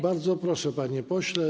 Bardzo proszę, panie pośle.